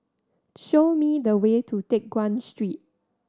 show me the way to Teck Guan Street